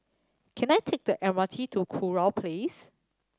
can I take the M R T to Kurau Place